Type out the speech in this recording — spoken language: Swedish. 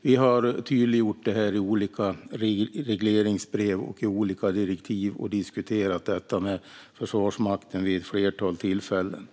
Vi har tydliggjort detta i olika regleringsbrev och direktiv och diskuterat detta med Försvarsmakten vid ett flertal tillfällen.